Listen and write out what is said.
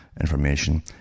information